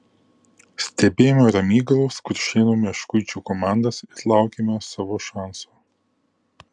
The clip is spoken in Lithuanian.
stebėjome ramygalos kuršėnų meškuičių komandas ir laukėme savo šanso